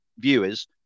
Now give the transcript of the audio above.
viewers